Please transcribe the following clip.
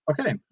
Okay